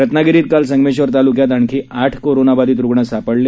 रत्नागिरीत काल संगमेश्वर तालुक्यात आणखी आठ करोनाबाधित रुग्ण सापडले